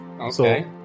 Okay